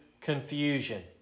confusion